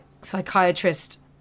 psychiatrist